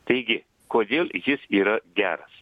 taigi kodėl jis yra geras